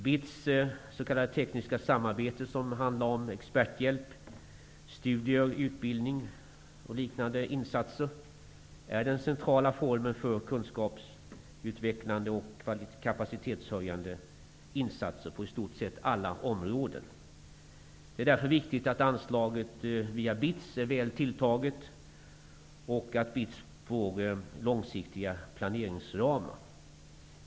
BITS s.k. tekniska samarbete, som handlar om experthjälp, studier, utbildning och liknande insatser, är den centrala formen för kunskapsutvecklande och kapacitetshöjande insatser på i stort sett alla områden. Det är därför viktigt att anslaget via BITS är väl tilltaget och att BITS får långsiktiga planeringsramar.